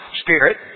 spirit